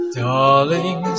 darling